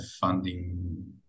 funding